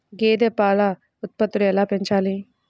గేదె పాల ఉత్పత్తులు ఎలా పెంచాలి?